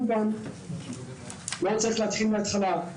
ואז צריך להתחיל מההתחלה.